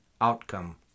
outcome